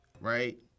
Right